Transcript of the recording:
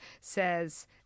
says